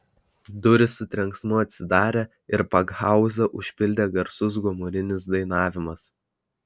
durys su trenksmu atsidarė ir pakhauzą užpildė garsus gomurinis dainavimas